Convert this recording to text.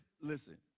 listen